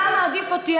אתה מעדיף אותי,